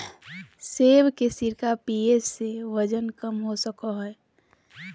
सेब के सिरका पीये से वजन कम हो सको हय